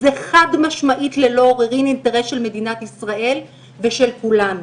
זה חד משמעית ללא עוררין אינטרס של מדינת ישראל ושל כולנו.